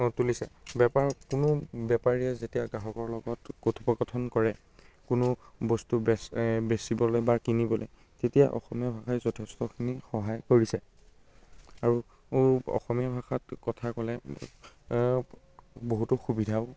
তুলিছে বেপাৰ কোনো বেপাৰীয়ে যেতিয়া গ্ৰাহকৰ লগত কথোপকথন কৰে কোনো বস্তু বেচ বেচিবলৈ বা কিনিবলৈ তেতিয়া অসমীয়া ভাষাই যথেষ্টখিনি সহায় কৰিছে আৰু অসমীয়া ভাষাত কথা ক'লে বহুতো সুবিধাও হয়